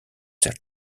their